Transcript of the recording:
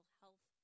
health